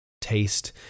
taste